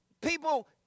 people